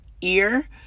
ear